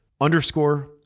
underscore